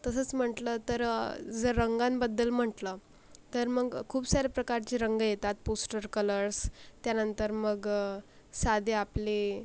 तसंच म्हटलं तर जर रंगांबद्दल म्हटलं तर मग खूप साऱ्या प्रकारचे रंग येतात पोस्टर कलर्स त्यानंतर मग साधे आपले